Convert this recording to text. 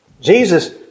Jesus